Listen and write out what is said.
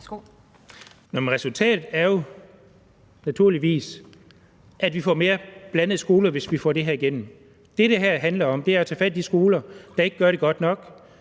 resultatet er jo naturligvis, at vi får mere blandede skoler, hvis vi får det her igennem. Det, det her handler om, er at tage fat i de skoler, der ikke gør det godt nok,